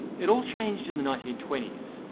it all changed in the nineteen twenty s.